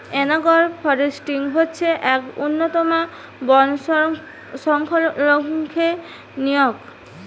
analogue forestry হচ্ছে এক উন্নতম বন সংরক্ষণের নিয়ম